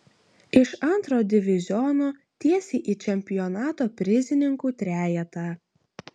iš antro diviziono tiesiai į čempionato prizininkų trejetą